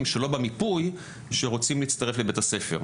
שלא במיפוי שרוצים להצטרף לבית הספר.